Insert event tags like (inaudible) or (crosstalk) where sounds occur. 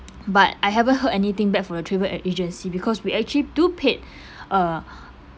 but I haven't heard anything back from the travel agency because we actually do paid (breath) uh